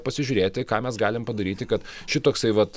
pasižiūrėti ką mes galim padaryti kad ši toksai vat